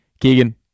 Keegan